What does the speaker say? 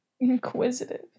Inquisitive